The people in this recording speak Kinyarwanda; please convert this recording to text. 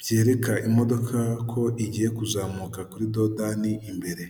byereka imodoka ko igiye kuzamuka kuri dodani imbere.